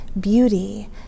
beauty